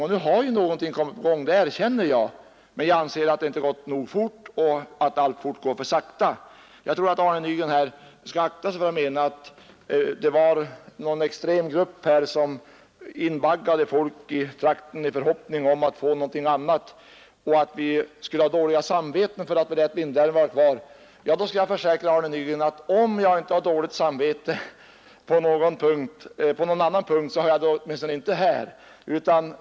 Och nu har ju någonting kommit i gång, det erkänner jag, men jag anser att det inte gått nog fort. Arne Nygren skall akta sig för att mena att det var en extrem grupp som invaggade folk i trakten i förhoppningen om att få något annat och att vi skulle ha dåliga samveten för att Vindelälven var kvar. Då skall jag försäkra Arne Nygren att om jag inte har dåligt samvete på någon punkt så är det på den här.